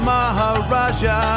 Maharaja